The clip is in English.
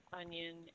onion